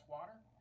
water